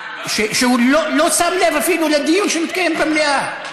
שלא שם לב אפילו לדיון שמתקיים במליאה.